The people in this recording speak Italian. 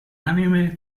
anime